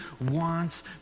wants